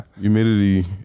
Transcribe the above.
Humidity